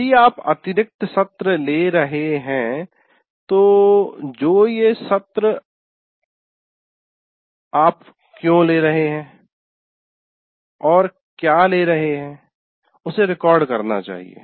यदि आप अतिरिक्त सत्र ले रहे हैं तो जो ये सत्र आप क्यों ले रहे है और क्या ले रहे है उसे रिकॉर्ड करना चाहिए